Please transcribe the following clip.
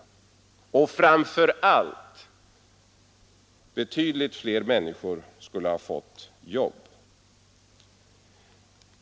Och framför allt skulle betydligt fler människor ha fått jobb.